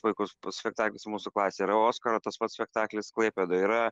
puikus spektaklis mūsų klasėje yra oskaro tas pats spektaklis klaipėdoj yra